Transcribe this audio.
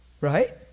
Right